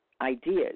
ideas